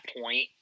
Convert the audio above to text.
point